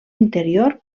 interior